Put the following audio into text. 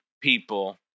people